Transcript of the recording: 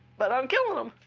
but i'm killing them.